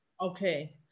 Okay